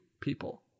people